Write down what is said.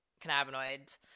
cannabinoids